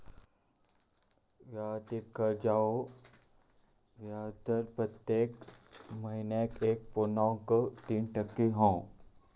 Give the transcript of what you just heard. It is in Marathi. वैयक्तिक कर्जाचो व्याजदर प्रत्येक महिन्याक एक पुर्णांक तीन टक्के हा